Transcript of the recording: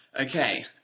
okay